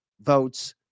votes